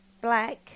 black